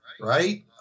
right